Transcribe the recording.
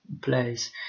place